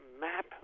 map